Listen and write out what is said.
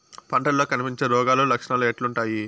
పంటల్లో కనిపించే రోగాలు లక్షణాలు ఎట్లుంటాయి?